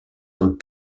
dans